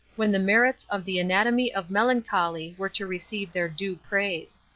when the merits of the anatomy of melancholy were to receive their due praise.